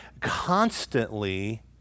constantly